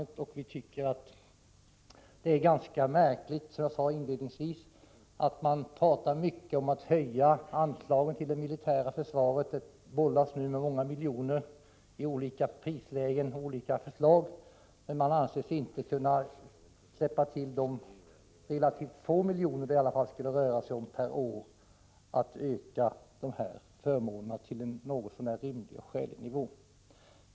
Enligt vår mening är det ganska märkligt att man talar mycket om att höja anslagen till det militära försvaret — det bollas med många miljoner och det förs fram förslag i olika prislägen — men inte anser sig kunna släppa till de relativt få miljoner per år som skulle erfordras för att höja dessa förmåner till en något så när skälig nivå.